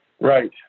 Right